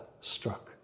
struck